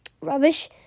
rubbish